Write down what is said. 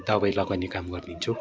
दबाई लगाउने काम गरिदिन्छु